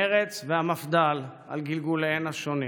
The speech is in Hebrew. מרצ והמפד"ל על גלגוליהן השונים.